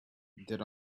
there